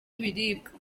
ibiribwa